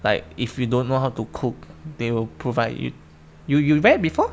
like if you don't know how to cook they will provide you you you read before